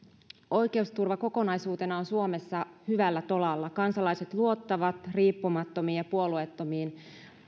oikeusturva kokonaisuutena on suomessa hyvällä tolalla kansalaiset luottavat riippumattomiin ja puolueettomiin